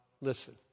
listen